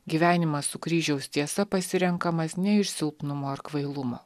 gyvenimas su kryžiaus tiesa pasirenkamas ne iš silpnumo ar kvailumo